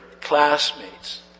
classmates